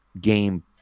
game